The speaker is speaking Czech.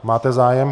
Máte zájem?